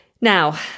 Now